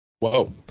Whoa